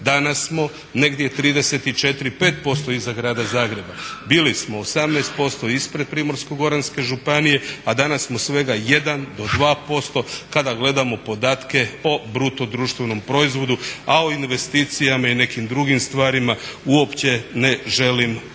danas smo negdje 34, 35% iza Grada Zagreba. Bili smo 18% ispred Primorsko-goranske županije, a danas smo svega 1 do 2% kada gledamo podatke o BDP-u a o investicijama i nekim drugim stvarima uopće ne želim u ovom